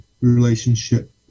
relationship